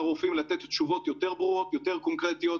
הרופאים לתת תשובות יותר ברורות ויותר קונקרטיות,